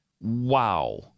Wow